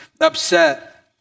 upset